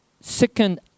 second